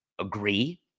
agree